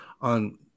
on